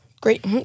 Great